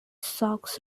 sox